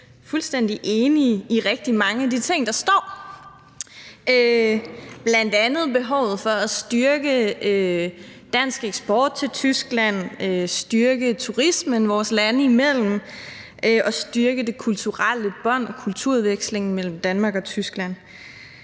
set fuldstændig enige i rigtig mange af de ting, der står, bl.a. i forhold til behovet for at styrke dansk eksport og Tyskland, styrke turismen vores lande imellem og styrke de kulturelle bånd og kulturudvekslingen mellem Danmark og Tyskland.